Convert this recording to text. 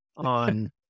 On